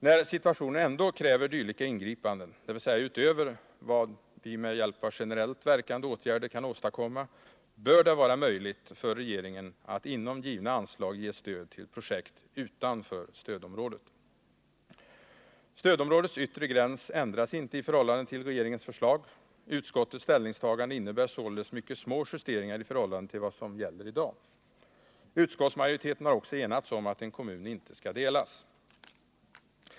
När situationen ändå kräver dylika ingripanden — dvs. utöver vad vi med generellt verkande åtgärder kan åstadkomma — bör det vara möjligt för regeringen att inom givna anslag ge stöd till projekt utanför stödområdet. Stödområdets yttre gräns ändras inte i förhållande till regeringens förslag. Utskottets ställningstagande innebär således mycket små justeringar i förhållande till vad som gäller i dag. Utskottsmajoriteten har också enats om att en kommun inte skall delas.